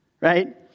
right